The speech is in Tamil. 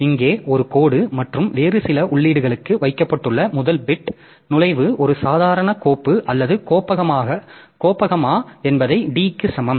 இங்கே ஒரு கோடு மற்றும் வேறு சில உள்ளீடுகளுக்கு வைக்கப்பட்டுள்ள முதல் பிட் நுழைவு ஒரு சாதாரண கோப்பு அல்லது கோப்பகமா என்பதை d க்கு சமம்